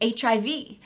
hiv